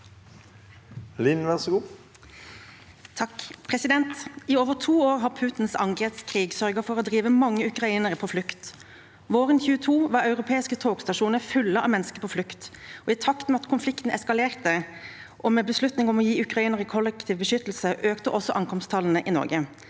Lind (V) I over to år har Putins angrepskrig sørget for å drive mange ukrainere på flukt. Våren 2022 var europeiske togstasjoner fulle av mennesker på flukt. I takt med at konflikten eskalerte og med beslutning om å gi ukrainerne kollektiv beskyttelse, økte også ankomsttallene i Norge.